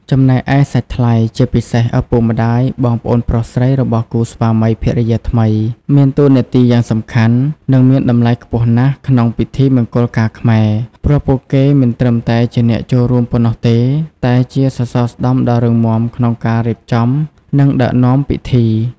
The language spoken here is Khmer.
ចំណែកឯសាច់ថ្លៃ ជាពិសេស ឪពុកម្ដាយ បងប្អូនប្រុសស្រីរបស់គូស្វាមីភរិយាថ្មី មានតួនាទីយ៉ាងសំខាន់ និងមានតម្លៃខ្ពស់ណាស់ក្នុងពិធីមង្គលការខ្មែរ ព្រោះពួកគេមិនត្រឹមតែជាអ្នកចូលរួមប៉ុណ្ណោះទេ តែជាសសរស្តម្ភដ៏រឹងមាំក្នុងការរៀបចំ និងដឹកនាំពិធី។